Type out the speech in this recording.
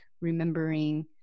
remembering